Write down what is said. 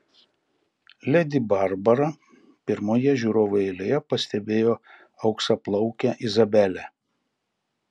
ledi barbara pirmoje žiūrovų eilėje pastebėjo auksaplaukę izabelę